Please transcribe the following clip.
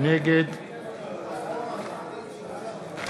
נגד איוב קרא, נגד